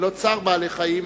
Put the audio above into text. ולא "צער בעלי-חיים",